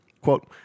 quote